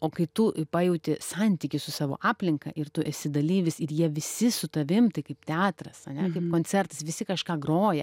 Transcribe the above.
o kai tu pajauti santykį su savo aplinka ir tu esi dalyvis ir jie visi su tavim tai kaip teatras ane kaip koncertas visi kažką groja